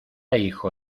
hijo